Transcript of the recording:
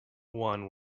one